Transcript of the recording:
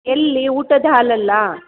ಎಲ್ಲಿ ಊಟದ ಹಾಲ್ ಅಲ್ಲಾ